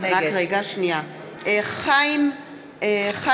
(קוראת בשם חבר הכנסת) חיים ילין,